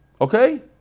Okay